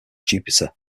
jupiter